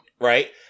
right